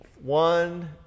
one